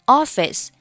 office 。